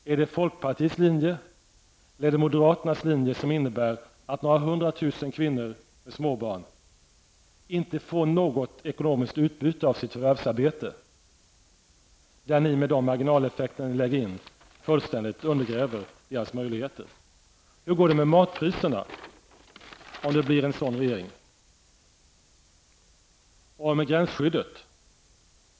Blir det folkpartiets linje eller moderaternas linje som innebär att några hundra tusen kvinnor med småbarn inte får något ekonomiskt utbyte av sitt förvärvsarbete? Med de marginaleffekter som ni lägger in undergräver ni deras möjligheter fullständigt. Hur kommer det att gå med matpriserna om det blir en sådan regering? Hur blir det med gränsskyddet?